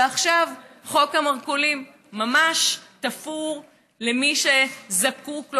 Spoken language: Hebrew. ועכשיו חוק המרכולים ממש תפור למי שזקוק לו